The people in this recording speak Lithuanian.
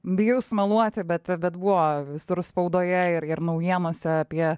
bijau sumeluoti bet bet buvo visur spaudoje ir ir naujienose apie